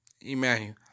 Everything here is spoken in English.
Emmanuel